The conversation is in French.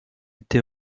été